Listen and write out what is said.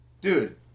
Dude